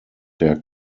der